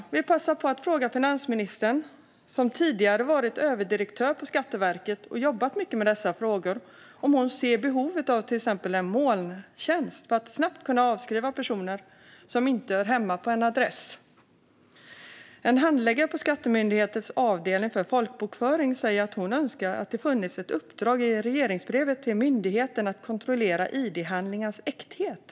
Jag vill passa på att fråga finansministern, som tidigare har varit överdirektör på Skatteverket och jobbat mycket med dessa frågor, om hon ser behovet av till exempel en molntjänst för att snabbt kunna avskriva personer som inte hör hemma på en adress. En handläggare på Skatteverkets avdelning för folkbokföring önskar att det i regeringsbrevet till myndigheten hade funnits ett uppdrag om att kontrollera id-handlingars äkthet.